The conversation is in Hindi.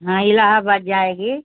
हाँ इलाहाबाद जाएगी